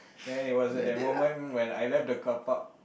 then it was at that moment when I left the carpark